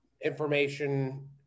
information